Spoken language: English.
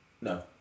No